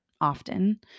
often